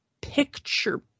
picture